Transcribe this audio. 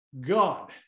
God